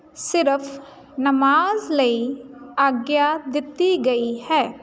ਸਿਰਫ਼ ਨਮਾਜ਼ ਲਈ ਆਗਿਆ ਦਿੱਤੀ ਗਈ ਹੈ